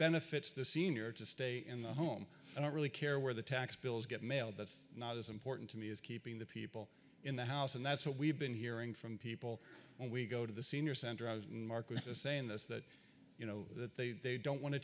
benefits the senior to stay in the home i don't really care where the tax bills get mail that's not as important to me as keeping the people in the house and that's what we've been hearing from people when we go to the senior center i was mark was saying this that you know that they don't want to